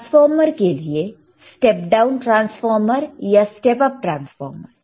transformer के लिए step down transformer या स्टेप अप ट्रांसफॉर्मर